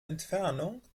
entfernung